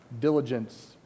diligence